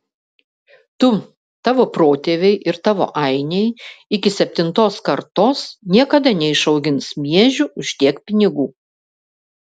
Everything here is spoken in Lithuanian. tu tavo protėviai ir tavo ainiai iki septintos kartos niekada neišaugins miežių už tiek pinigų